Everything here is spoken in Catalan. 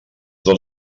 dos